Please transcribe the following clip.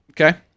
Okay